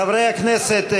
חברי הכנסת,